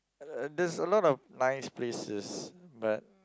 uh there's a lot of nice places but